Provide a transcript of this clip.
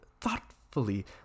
thoughtfully